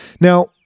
now